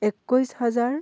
একৈছ হাজাৰ